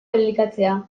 elikatzea